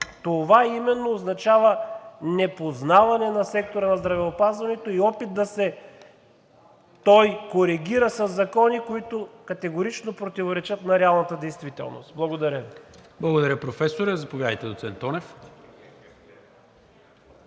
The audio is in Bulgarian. Това именно означава непознаване на сектора на здравеопазването и опит той да се коригира със закони, които категорично противоречат на реалната действителност. Благодаря Ви. ПРЕДСЕДАТЕЛ НИКОЛА МИНЧЕВ: Благодаря, Професоре. Заповядайте, доцент Тонев.